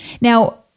Now